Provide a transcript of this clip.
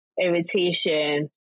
irritation